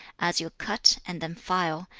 as you cut and then file,